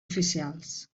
oficials